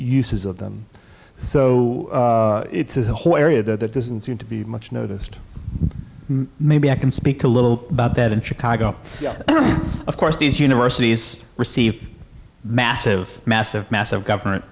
uses of them so it's a whole area that this isn't going to be much noticed maybe i can speak a little about that in chicago of course these universities receive massive massive massive government